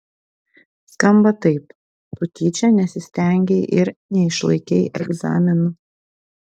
skamba taip tu tyčia nesistengei ir neišlaikei egzaminų